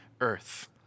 earth